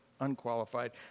unqualified